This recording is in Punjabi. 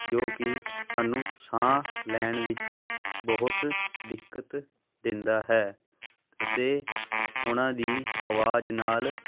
ਜੋ ਕਿ ਸਾਨੂੰ ਸਾਹ ਲੈਣ ਵਿੱਚ ਬਹੁਤ ਦਿੱਕਤ ਦਿੰਦਾ ਹੈ ਅਤੇ ਉਨ੍ਹਾਂ ਦੀ ਆਵਾਜ਼ ਨਾਲ